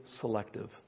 Selective